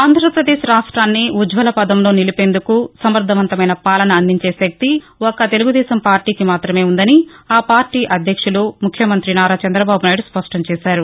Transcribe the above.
ఆంధ్రప్రదేశ్ రాష్ట్విన్ని ఉజ్వల పధంలో నిలిపేందుకు సమర్దవంతమైన పాలన అందించే శక్తి ఒక్క తెలుగుదేశం పార్టీకి మాత్రమే వుందని ఆ పార్టీ అధ్యక్షులు ముఖ్యమంత్రి నారా చంద్రబాబునాయుడు స్పష్టం చేశారు